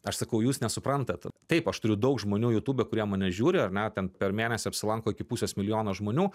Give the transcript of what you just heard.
aš sakau jūs nesuprantat taip aš turiu daug žmonių youtube kurie mane žiūri ar ne ten per mėnesį apsilanko iki pusės milijono žmonių